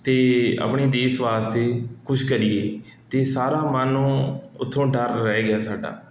ਅਤੇ ਆਪਣੇ ਦੇਸ਼ ਵਾਸਤੇ ਕੁਛ ਕਰੀਏ ਅਤੇ ਸਾਰਾ ਮੰਨ ਲਉ ਉੱਥੋਂ ਡਰ ਰਹਿ ਗਿਆ ਸਾਡਾ